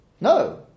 No